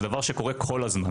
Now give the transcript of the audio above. זה קורה כל הזמן.